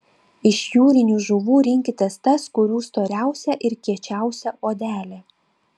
iš jūrinių žuvų rinkitės tas kurių storiausia ir kiečiausia odelė